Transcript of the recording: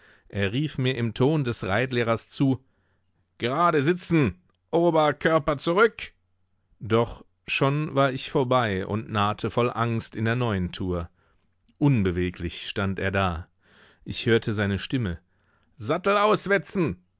er rief mir im ton des reitlehrers zu gerade sitzen oberkörper zurück doch schon war ich vorbei und nahte voll angst in der neuen tour unbeweglich stand er da ich hörte seine stimme sattel auswetzen